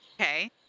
okay